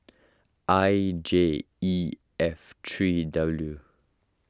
I J E F three W